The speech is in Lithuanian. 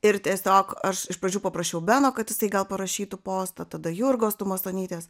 ir tiesiog aš iš pradžių paprašiau beno kad jisai gal parašytų postą tada jurgos tumasonytės